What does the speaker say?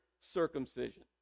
circumcision